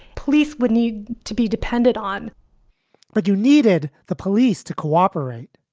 police would need to be depended on but you needed the police to cooperate.